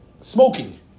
smoking